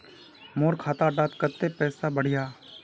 मोर खाता डात कत्ते पैसा बढ़ियाहा?